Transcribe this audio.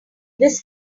this